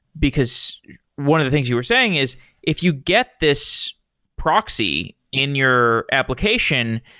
because one of the things you were saying is if you get this proxy in your application,